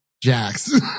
Jax